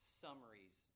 summaries